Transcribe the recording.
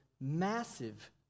massive